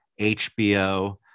HBO